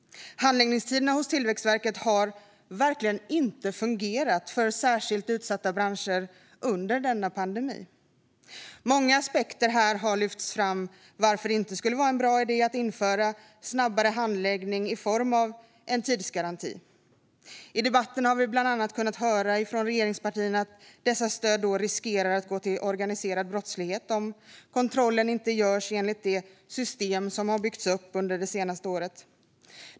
Handläggningstiderna hos Tillväxtverket när det gäller stöd till särskilt utsatta branscher har verkligen inte fungerat under denna pandemi. Många aspekter har lyfts fram som förklaring till att det inte skulle vara en bra idé att exempelvis införa en tidsgaranti. Bland annat har vi i debatten kunnat höra från regeringspartierna att dessa stöd riskerar att gå till organiserad brottslighet om kontrollen inte görs enligt det system som byggts upp under det senaste året.